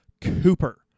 Cooper